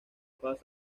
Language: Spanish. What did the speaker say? paz